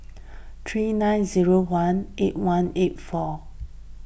three nine zero one eight one eight four